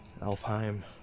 Alfheim